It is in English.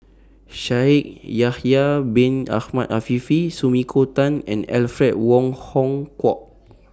Shaikh Yahya Bin Ahmed Afifi Sumiko Tan and Alfred Wong Hong Kwok